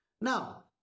now